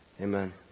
Amen